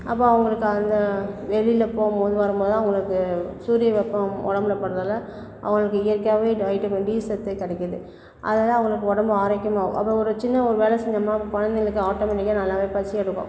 அப்போ அவங்களுக்கு அங்கே வெளியில் போகும்போது வரும்போதுலாம் அவங்களுக்கு சூரிய வெப்பம் உடம்புல படுறதால அவங்களுக்கு இயற்கையாகவே இந்த வைட்டமின் டி சத்து கிடைக்கிறது அதால அவங்களுக்கு உடம்பு ஆரோக்கியமாகவும் அப்போ ஒரு சின்ன ஒரு வேலை செஞ்சோம்னா குழந்தைகளுக்கு வந்து ஆட்டோமேட்டிக்காக நல்லா பசி எடுக்கும்